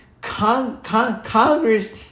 Congress